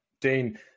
Dean